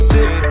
Sit